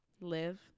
Live